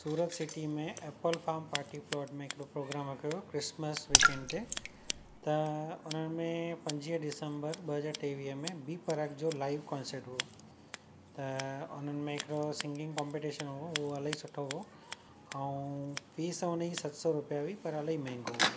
सूरत city में apple farm party plot में हिकिड़ो प्रोग्राम रखियो क्रिस्मस विकेंड ते त उन्हनि में पंजवीह डिसंबर ॿ हज़ार टेवीह में बी प्राक जो लाइव कॉन्सर्ट हुयो त उन्हनि में हिकिड़ो सिंगिंग कॉम्पटिशन हुयो उहो इलाही सुठो हुयो ऐं फीस हुनजी सत सौ रुपए हुई पर इलाही महांगो हुयो